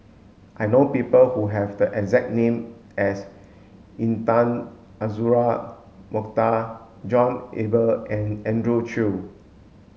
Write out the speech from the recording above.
I know people who have the exact name as Intan Azura Mokhtar John Eber and Andrew Chew